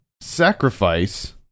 Sacrifice